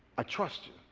ah trust